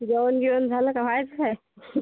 जेवण बिवण झालं का की व्हायचं आहे